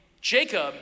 Jacob